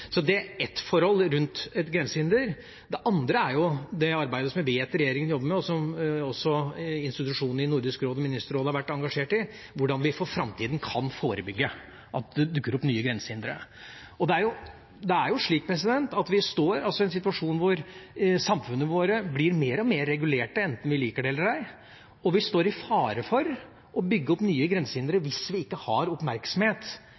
Det er ett forhold rundt et grensehinder. Det andre er det arbeidet som jeg vet regjeringa jobber med, og som også institusjonene i Nordisk råd og Ministerrådet har vært engasjert i, nemlig hvordan vi for framtida kan forebygge at det dukker opp nye grensehindre. Vi står i en situasjon hvor samfunnene våre blir mer og mer regulerte, enten vi liker det eller ei, og vi står i fare for å bygge opp nye grensehindre hvis vi ikke har oppmerksomhet